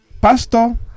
Pastor